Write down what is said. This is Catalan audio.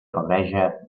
febreja